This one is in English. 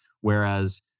Whereas